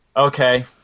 okay